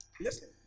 Listen